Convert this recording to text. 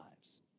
lives